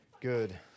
Good